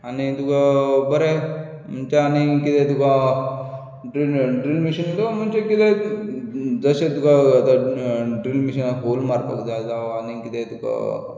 आनी तुका बरें म्हणचे आनी कितें तुका ड्रील मॅशीन म्हणचें तुका जशें तुका ड्रील मॅशीनान होल मारपाक जाय जावं वा आनीक कितें तुका